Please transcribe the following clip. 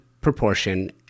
proportion